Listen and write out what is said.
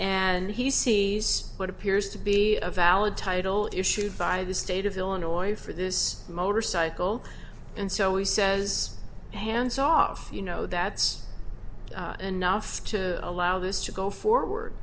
and he sees what appears to be a valid title issued by the state of illinois for this motorcycle and so he says hands off you know that's enough to allow this to go forward